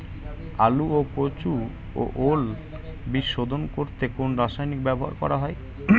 আলু ও কচু ও ওল বীজ শোধন করতে কোন রাসায়নিক ব্যবহার করা হয়?